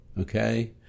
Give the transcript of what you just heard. okay